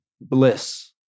bliss